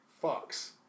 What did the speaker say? Fox